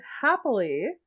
happily